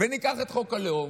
וניקח את חוק הלאום,